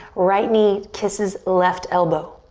right knee kisses left elbow.